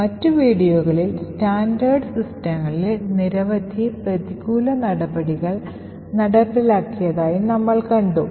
മറ്റ് വീഡിയോകളിൽ സ്റ്റാൻഡേർഡ് സിസ്റ്റങ്ങളിൽ നിരവധി പ്രതികൂല നടപടികൾ നടപ്പിലാക്കിയതായി നമ്മൾ കണ്ടു